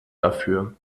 dafür